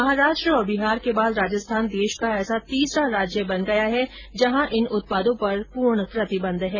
महाराष्ट्र बिहार के बाद राजस्थान देश का ऐसा तीसरा राज्य बन गया है जहां इन उत्पादों पर पूर्ण प्रतिबंध है